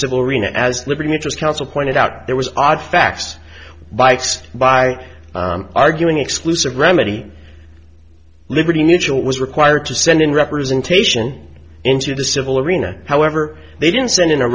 civil arena as liberty interest counsel pointed out there was odd facts wife's by arguing exclusive remedy liberty mutual was required to send in representation into the civil arena however they didn't send in a